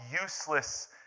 useless